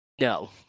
no